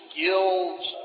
guilds